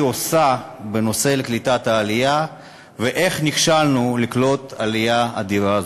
עושה בנושא קליטת העלייה ואיך נכשלנו בקליטת עלייה אדירה זו.